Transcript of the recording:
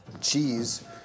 Cheese